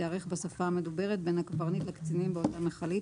תיערך בשפה המדוברת בין הקברניט לקצינים באותה מכלית,